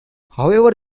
however